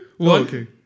okay